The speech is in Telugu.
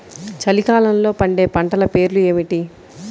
చలికాలంలో పండే పంటల పేర్లు ఏమిటీ?